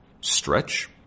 stretch